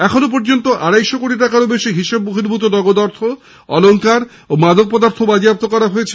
এখনও পর্যন্ত আড়াইশো কোটি টাকারও বেশি হিসেব বহির্ভূত নগদ অর্থ অলঙ্কার ও মাদক পদার্থ বাজেয়াপ্ত করা হয়েছে